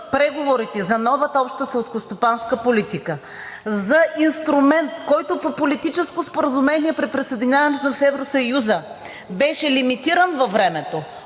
преговорите за новата обща селскостопанска политика за инструмент, който по политическо споразумение при присъединяването ни в Евросъюза беше лимитиран във времето,